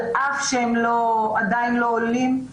על אף שהם עדיין לא עולים,